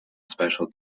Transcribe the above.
special